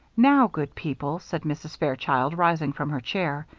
now, good people, said mrs. fairchild, rising from her chair,